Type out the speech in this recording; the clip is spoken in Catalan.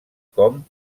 com